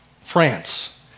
France